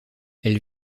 elle